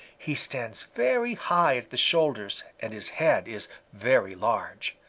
he stands very high at the shoulders and his head is very large.